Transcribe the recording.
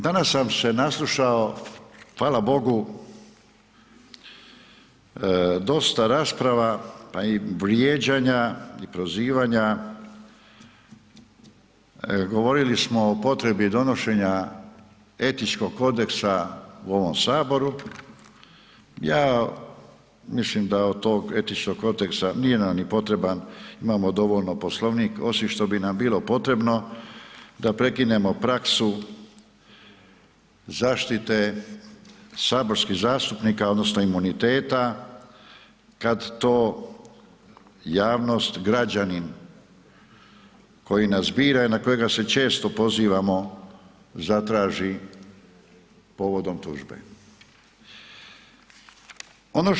Danas sam se naslušao, hvala Bogu, dosta rasprava pa i vrijeđanja i prozivanja, govorili smo o potrebi donošenja etičkog kodeksa u ovom Saboru, ja mislim da od tog etičkog kodeksa nije nam ni potreban, imamo dovoljno Poslovnik osim što bi nam bilo potrebno da prekinemo praksu zaštite saborskih zastupnika odnosno imuniteta kada to javnost, građanin koji nas bira i na kojega se često pozivamo, zatraži povodom tužbe.